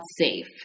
safe